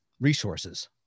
resources